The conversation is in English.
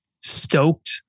stoked